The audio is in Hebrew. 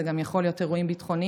זה יכול להיות גם אירועים ביטחוניים.